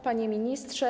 Panie Ministrze!